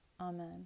Amen